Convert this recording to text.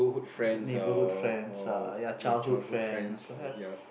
neighbourhood friends ah ya childhood friends